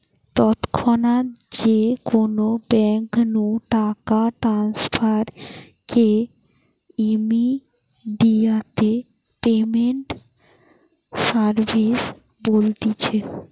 তৎক্ষণাৎ যে কোনো বেঙ্ক নু টাকা ট্রান্সফার কে ইমেডিয়াতে পেমেন্ট সার্ভিস বলতিছে